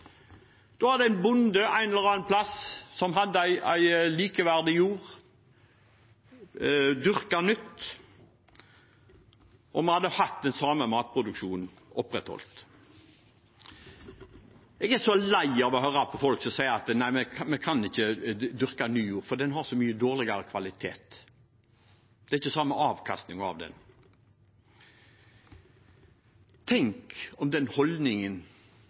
Da hadde en bonde som hadde likeverdig jord, en eller annen plass, dyrket nytt, og vi hadde opprettholdt den samme matproduksjonen. Jeg er så lei av å høre på folk som sier at nei, vi kan ikke dyrke ny jord, for den har så mye dårligere kvalitet, det er ikke den samme avkastningen av den. Tenk om den holdningen